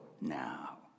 now